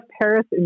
Paris